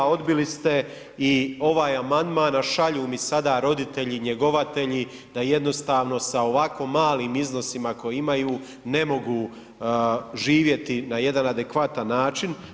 Odbili ste i ovaj amandman, a šalju mi sada roditelji njegovatelji da jednostavno sa ovo malim iznosima koje imaju ne mogu živjeti na jedan adekvatan način.